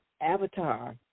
avatar